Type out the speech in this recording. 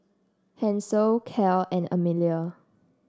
Hanson Clell and Emilia